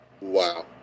Wow